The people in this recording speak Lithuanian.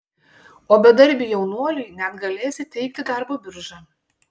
o bedarbiui jaunuoliui net galės įteikti darbo birža